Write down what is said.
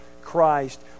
Christ